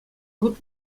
хут